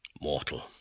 Mortal